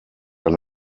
ein